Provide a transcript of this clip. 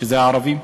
שזה הערבים,